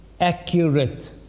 accurate